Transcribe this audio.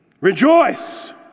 Rejoice